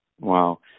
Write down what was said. Wow